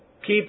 keep